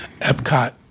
Epcot